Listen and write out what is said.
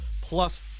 plus